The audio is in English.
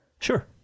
sure